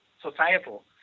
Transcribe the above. societal